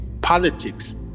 politics